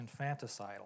infanticidal